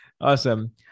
Awesome